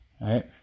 Right